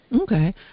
Okay